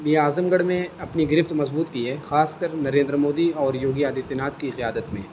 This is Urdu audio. یہ اعظم گڑھ میں اپنی گرفت مضبوط کی ہے خاص کر نریندر مودی اور یوگی آدتیہ ناتھ کی قیادت میں